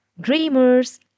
dreamers